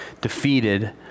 defeated